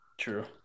True